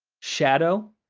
shadow,